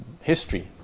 history